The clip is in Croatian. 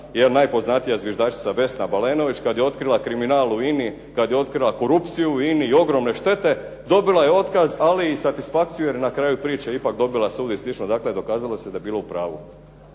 jer najpoznatija zviždačica Vesna Balenović kada je otkrila kriminal u INA-i, kada je otkrila korupciju u INA-i i ogromne štete, dobila je otkaz, ali i satisfakciju jer je na kraju priče dobila sud i slično. Dakle, dokazalo se da je bila u pravu.